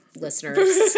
listeners